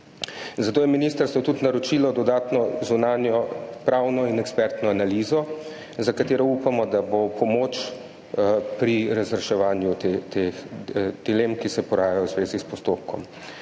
Zato je ministrstvo tudi naročilo dodatno zunanjo pravno in ekspertno analizo, za katero upamo, da bo v pomoč pri razreševanju teh dilem, ki se porajajo v zvezi s postopkom.